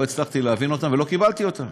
לא הצלחתי להבין אותם ולא קיבלתי אותם.